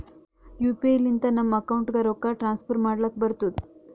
you P I ಲಿಂತ ನಮ್ ಅಕೌಂಟ್ಗ ರೊಕ್ಕಾ ಟ್ರಾನ್ಸ್ಫರ್ ಮಾಡ್ಲಕ್ ಬರ್ತುದ್